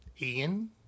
Ian